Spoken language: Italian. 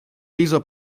viso